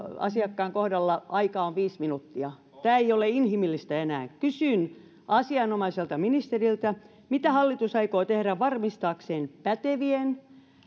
asiakkaan kohdalla aikaa on viisi minuuttia tämä ei ole inhimillistä enää kysyn asianomaiselta ministeriltä mitä hallitus aikoo tehdä varmistaakseen pätevien